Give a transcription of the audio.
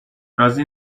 راضی